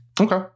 Okay